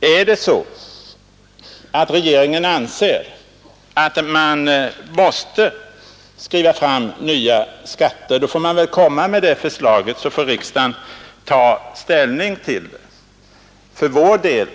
Är det så att regeringen anser att man måste skriva ut nya skatter skall man väl lägga fram det förslaget, och så får riksdagen ta ställning till det. När vi för vår del